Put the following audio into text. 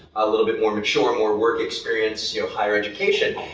a little bit more mature, more work experience, you know higher education,